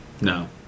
No